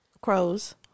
Crows